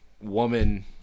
woman